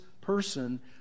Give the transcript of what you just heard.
person